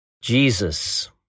Jesus